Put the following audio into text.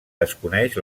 desconeix